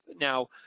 Now